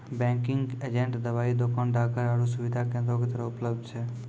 banking agent दबाइ दोकान, डाकघर आरु सुविधा केन्द्रो के तरह उपलब्ध छै